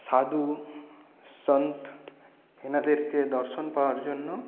সাধু সন্ত এনাদেরকে দর্শন পাওয়ার জন্য